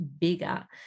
bigger